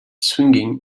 swinging